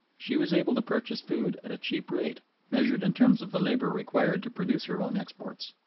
she was able to purchase food at a cheap rate measured in terms of the labor required to produce her own exports,